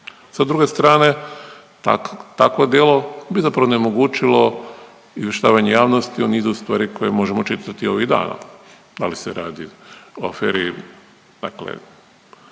Sa druge strane takvo djelo bi zapravo onemogućilo izvještavanje javnosti o nizu stvari koje možemo čitati ovih dana. Da li se radi o aferi